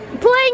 playing